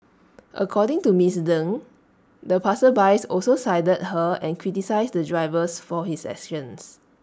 according to miss Deng the passersby also sided her and criticised the drivers for his actions